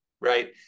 right